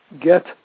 get